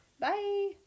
Bye